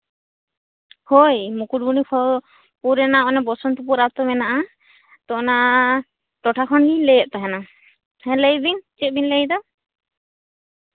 ᱦᱳᱭ ᱢᱩᱠᱩᱴᱢᱚᱱᱤᱯᱩᱨ ᱨᱮᱱᱟᱜ ᱵᱚᱥᱚᱱᱛᱚᱯᱩᱨ ᱟᱛᱳ ᱢᱮᱱᱟᱜᱼᱟ ᱛᱳ ᱚᱱᱟ ᱴᱚᱴᱷᱟ ᱠᱷᱚᱱᱜᱤᱧ ᱞᱟᱹᱭᱮᱜ ᱛᱟᱦᱮᱱᱟ ᱞᱟᱹᱭᱵᱤᱱ ᱪᱮᱫ ᱵᱤᱱ ᱞᱟᱹᱭᱫᱟ